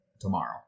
tomorrow